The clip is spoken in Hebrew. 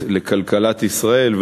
לכלכלת ישראל,